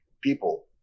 people